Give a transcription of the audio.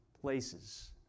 places